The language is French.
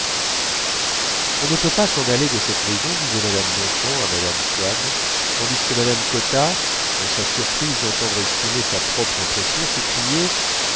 on ne peut pas s'en aller de cette maison disait mme bontemps à mme swann tandis que mme cottard dans sa surprise d'entendre exprimer sa propre impression